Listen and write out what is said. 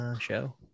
show